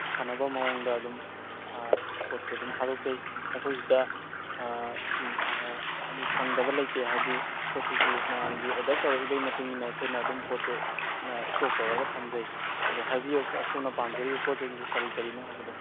ꯐꯅꯕ ꯃꯑꯣꯡꯗ ꯑꯗꯨꯝ ꯄꯣꯠꯁꯦ ꯑꯗꯨꯝ ꯊꯥꯗꯣꯛꯆꯩ ꯑꯩꯈꯣꯏꯁꯤꯗ ꯐꯪꯗꯕ ꯂꯩꯇꯦ ꯍꯥꯏꯗꯤ ꯄꯣꯠ ꯆꯩꯁꯤ ꯃꯌꯥꯝꯒꯤ ꯑꯣꯔꯗꯔ ꯇꯧꯔꯛꯏꯕꯩ ꯃꯇꯨꯡ ꯏꯟꯅ ꯑꯩꯈꯣꯏꯅ ꯑꯗꯨꯝ ꯄꯣꯠꯇꯣ ꯏꯁꯇꯣꯛ ꯇꯧꯔꯒ ꯊꯝꯖꯩ ꯑꯗꯨ ꯍꯥꯏꯕꯤꯌꯨ ꯁꯣꯝꯅ ꯄꯥꯝꯖꯔꯤꯕ ꯄꯣꯠꯆꯩꯁꯤꯡꯗꯣ ꯀꯔꯤ ꯀꯔꯤꯅꯣ ꯍꯥꯏꯕꯗꯣ